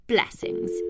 Blessings